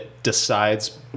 Decides